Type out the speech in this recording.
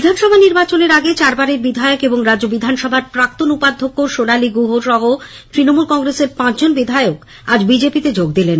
বিধানসভা নির্বাচনের মুখে চারবারের বিধায়ক এবং রাজ্য বিধানসভার প্রাক্তন উপাধ্যক্ষ সোনালী গুহ সহ তৃণমূল কংগ্রেসের পাঁচ বিধায়ক আজ বিজেপিতে যোগ দিয়েছেন